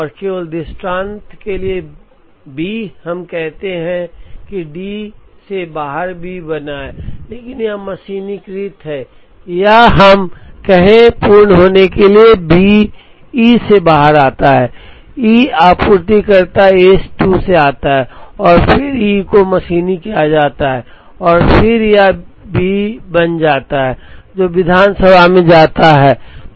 और केवल दृष्टांत के लिए B हम कहते हैं कि D से बाहर भी बना है लेकिन यह मशीनीकृत है या हम कहें पूर्ण होने के लिए B E से बाहर आता है ई आपूर्तिकर्ता एस 2 से आता है और फिर ई को मशीनी किया जाता है और फिर यह बी बन जाता है जो विधानसभा में जाता है